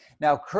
now